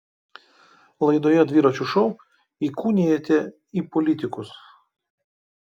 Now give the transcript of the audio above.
laidoje dviračio šou įkūnijate į politikus